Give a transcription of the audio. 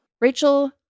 Rachel